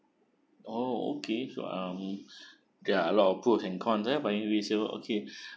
oh okay so um there are a lot of pro and con ah buying resale okay